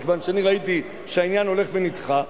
וכיוון שאני ראיתי שהעניין הולך ונדחה,